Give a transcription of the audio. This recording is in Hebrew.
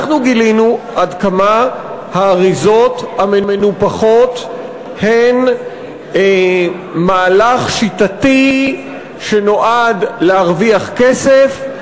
אנחנו גילינו עד כמה האריזות המנופחות הן מהלך שיטתי שנועד להרוויח כסף,